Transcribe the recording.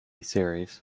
series